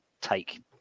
take